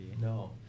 No